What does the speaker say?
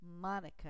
Monica